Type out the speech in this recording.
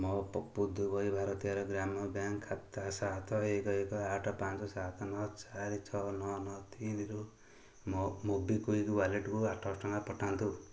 ମୋ ପୁଦୁବୈ ଭାରତିୟାର ଗ୍ରାମ ବ୍ୟାଙ୍କ ଖାତା ସାତ ଏକ ଏକ ଆଠ ପାଞ୍ଚ ସାତ ନଅ ଚାରି ଛଅ ନଅ ନଅ ତିନିରୁ ମୋ ମୋବିକ୍ଵିକ୍ ୱାଲେଟ୍କୁ ଆଠଶହ ଟଙ୍କା ପଠାନ୍ତୁ